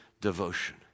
devotion